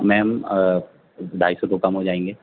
میم ڈھائی سو تو کم ہو جائیں گے